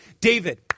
David